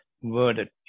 worded